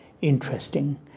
interesting